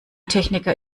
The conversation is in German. techniker